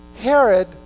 Herod